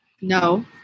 No